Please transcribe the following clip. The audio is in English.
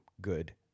good